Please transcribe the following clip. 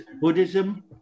Buddhism